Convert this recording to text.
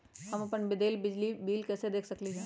हम अपन देल बिल कैसे देख सकली ह?